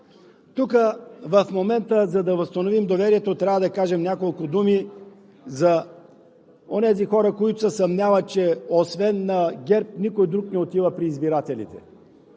В момента, за да възстановим доверието, трябва да кажем няколко думи за онези хора, които се съмняват, че освен ГЕРБ никой друг не отива при избирателите.